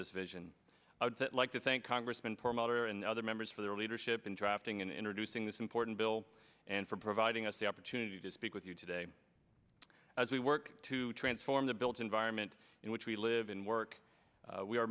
this vision that like to thank congressman promoter and other members for their leadership in drafting and introducing this important bill and for providing us the opportunity to speak with you today as we work to transform the built environment in which we live and work we are